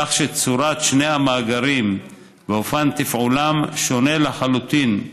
כך שתצורת שני המאגרים ואופן תפעולם שונים לחלוטין,